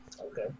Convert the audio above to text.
Okay